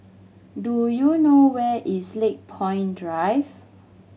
do you know where is Lakepoint Drive